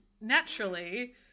naturally